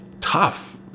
tough